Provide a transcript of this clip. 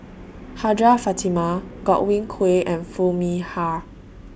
Hajjah Fatimah Godwin Koay and Foo Mee Har